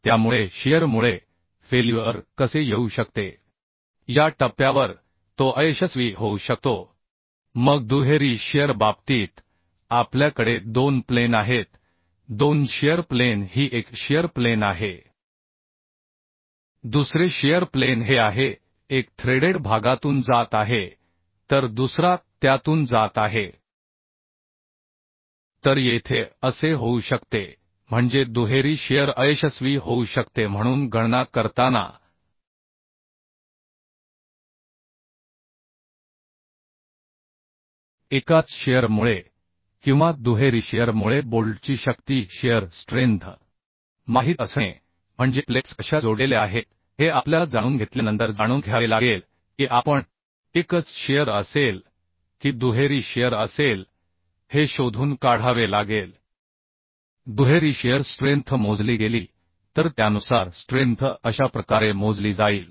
त्यामुळे शियरमुळे फेल्युअर कसे येऊ शकते या टप्प्यावर तो अयशस्वी होऊ शकतो मग दुहेरी शिअर बाबतीत आपल्याकडे दोन प्लेन आहेत दोन शिअर प्लेन ही एक शिअर प्लेन आहे दुसरे शिअर प्लेन हे आहे एक थ्रेडेड भागातून जात आहे तर दुसरा त्यातून जात आहे तर येथे असे होऊ शकते म्हणजे दुहेरी शिअर अयशस्वी होऊ शकते म्हणून गणना करताना एकाच शिअर मुळे किंवा दुहेरी शिअर मुळे बोल्टची शक्ती शिअर स्ट्रेंथ माहित असणे म्हणजे प्लेट्स कशा जोडलेल्या आहेत हे आपल्याला जाणून घेतल्यानंतर जाणून घ्यावे लागेल की आपण एकच शिअर असेल की दुहेरी शिअर असेल हे शोधून काढावे लागेल दुहेरी शिअर स्ट्रेंथ मोजली गेली तर त्यानुसार स्ट्रेंथ अशा प्रकारे मोजली जाईल